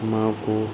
మాకు